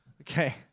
okay